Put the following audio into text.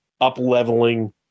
up-leveling